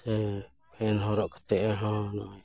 ᱥᱮ ᱯᱮᱱ ᱦᱚᱨᱚᱜ ᱠᱟᱛᱮᱜ ᱦᱚᱸ ᱱᱚᱜᱼᱚᱭ